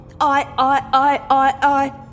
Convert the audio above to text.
I-I-I-I-I-